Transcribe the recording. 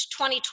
2020